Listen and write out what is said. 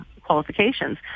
qualifications